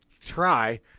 try